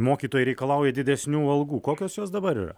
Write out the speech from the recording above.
mokytojai reikalauja didesnių algų kokios jos dabar yra